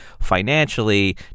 financially